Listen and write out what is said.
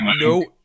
no